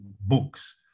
books